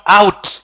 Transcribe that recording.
out